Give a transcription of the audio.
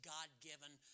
God-given